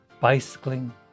bicycling